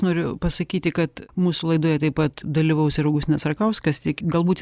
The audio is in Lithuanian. noriu pasakyti kad mūsų laidoje taip pat dalyvaus ir augustinas rakauskas tik galbūt